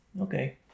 Okay